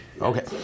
Okay